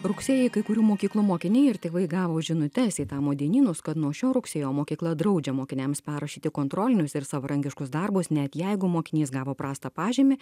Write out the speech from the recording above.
rugsėjį kai kurių mokyklų mokiniai ir tėvai gavo žinutes į tamo dienynus kad nuo šio rugsėjo mokykla draudžia mokiniams perrašyti kontrolinius ir savarankiškus darbus net jeigu mokinys gavo prastą pažymį